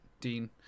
Dean